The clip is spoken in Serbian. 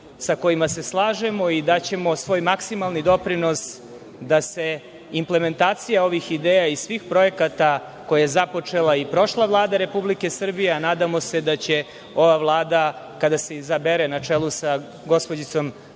sa kojima se slažemo i daćemo svoj maksimalni doprinos da se implementacija ovih ideja i svih projekata koje je započela i prošla Vlada Republike Srbije, a nadamo se da će ova Vlada, kada se izabere, na čelu sa gospođicom Brnabić,